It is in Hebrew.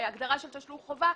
הגדרה של "תשלום חובה"